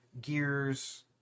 gears